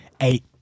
eight